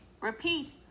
Repeat